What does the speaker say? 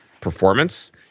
performance